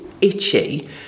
itchy